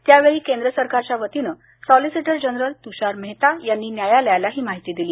त्यावेळी केंद्र सरकारच्या वतीनं सॉलीसीटर जनरल तुषार मेहता यांनी न्यायालयाला ही माहिती दिली